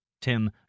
Tim